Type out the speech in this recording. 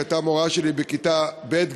שהייתה מורה שלי בכיתה ב',